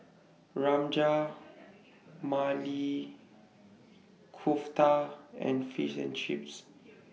Rajma Maili Kofta and Fish and Chips